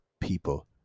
people